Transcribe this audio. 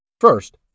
First